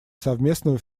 совместного